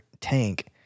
tank